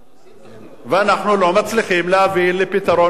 ואנחנו לא מצליחים להביא פתרון לסוגיה הזאת.